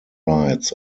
rides